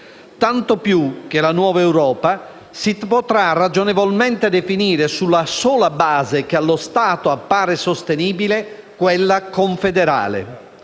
Tanto più che la nuova Europa si potrà ragionevolmente definire sulla sola base che allo stato appare sostenibile, quella confederale.